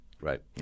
Right